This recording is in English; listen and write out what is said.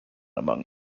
among